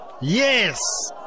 Yes